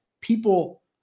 people